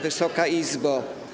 Wysoka Izbo!